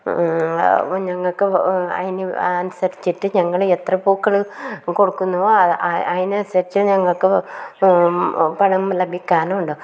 ഞങ്ങൾക്ക് അതിന് അനുരിച്ചിട്ട് ഞങ്ങൾ എത്ര പൂക്കൾ കൊടുക്കുന്നുവോ അതിനനുസരിച്ച് ഞങ്ങൾക്ക് പണം ലഭിക്കാറുണ്ട്